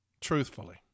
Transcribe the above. truthfully